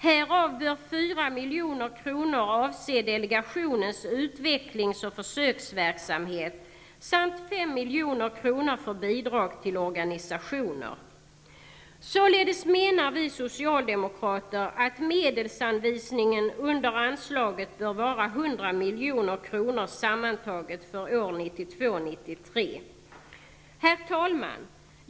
Härav bör 4 milj.kr. avse delegationens utvecklings och försöksverksamhet samt 5 milj.kr. bidrag till organisationer. Således menar vi socialdemokrater att medelsanvisningen under anslaget bör vara 100 Herr talman!